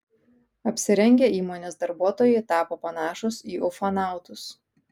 apsirengę įmonės darbuotojai tapo panašūs į ufonautus